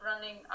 running